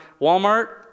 Walmart